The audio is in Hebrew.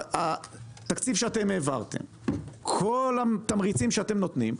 בתקציב שאתם העברתם, לפי כל התמריצים שאתם נותנים,